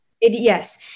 Yes